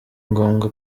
ngombwa